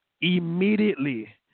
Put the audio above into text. Immediately